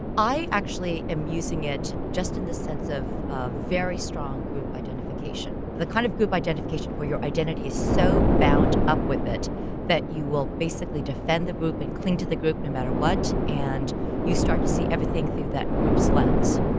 i actually am using it just in the sense of of very strong group identification. the kind of group identification where your identity is so bound up with it that you will basically defend the group and cling to the group no matter what and you start to see everything through that group's lens.